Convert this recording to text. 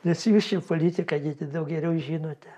nes jūs čia politiką daug geriau žinote